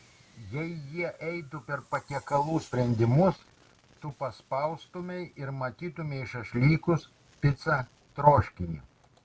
jei jie eitų per patiekalų sprendimus tu paspaustumei ir matytumei šašlykus picą troškinį